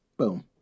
Boom